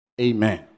Amen